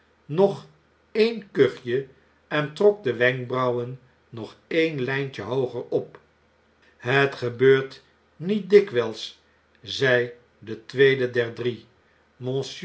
nog een kuchje en trok de wenkbrauwen nog een ljjntje hooger op het gebeurt niet dikwjjls zei de tweede